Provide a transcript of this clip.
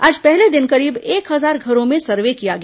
आज पहले दिन करीब एक हजार घरो में सर्वे किया गया